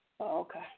Okay